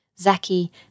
Zaki